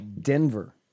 Denver